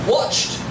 Watched